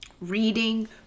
reading